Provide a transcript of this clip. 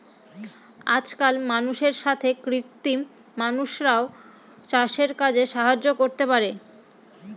আজকাল মানুষের সাথে কৃত্রিম মানুষরাও চাষের কাজে সাহায্য করতে পারে